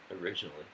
originally